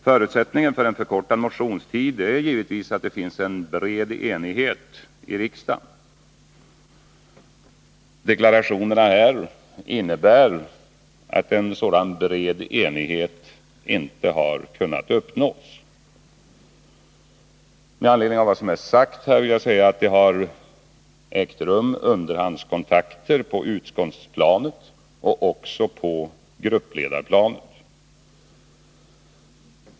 Förutsättningen för en förkortning av motionstiden är givetvis att det finns en bred enighet härom i riksdagen. De deklarationer som nu har gjorts innebär att en sådan bred enighet inte har kunnat uppnås. Med anledning av vad som är sagt här vill jag framhålla att det har ägt rum underhandskontakter på utskottsplanet och också på gruppledarplanet.